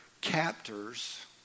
captors